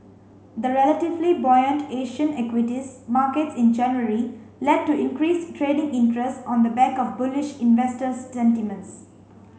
the relatively buoyant Asian equities markets in January led to increased trading interest on the back of bullish investor sentiments